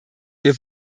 wir